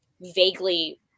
vaguely